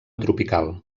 tropical